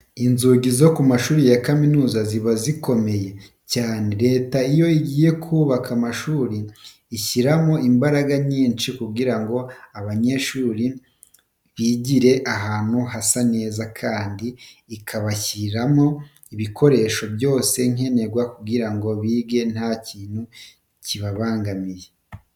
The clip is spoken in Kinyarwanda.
Inzugi zo ku mashuri ya kaminuza ziba zikomeye cyane. Leta iyo igiye kubaka amashuri ishyiramo imbaraga nyinshi kugira ngo abanyeshuri bizigire ahantu hasa neza, kandi ikabashyiriramo ibikoresho byose nkenerwa kugira ngo bige nta kintu kibabangamiye.